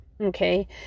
okay